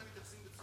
אתם מתייחסים בצורה,